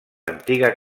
antiga